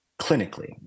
clinically